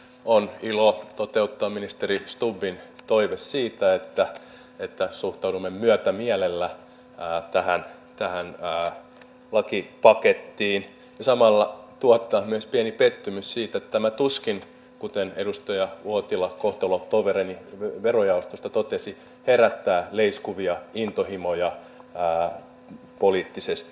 on ilo toteuttaa ministeri stubbin toive siitä että suhtaudumme myötämielellä tähän lakipakettiin ja samalla tuottaa myös pieni pettymys siinä että tämä tuskin kuten edustaja uotila kohtalotoverini verojaostosta totesi herättää leiskuvia intohimoja poliittisesti